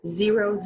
zero